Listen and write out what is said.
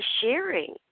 sharing